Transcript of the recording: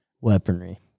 weaponry